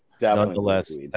nonetheless